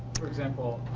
for example,